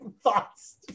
thoughts